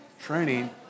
training